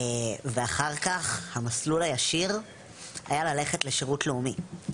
ואחר כך המסלול הישיר היה ללכת לשירות לאומי.